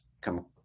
come